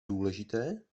důležité